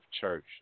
church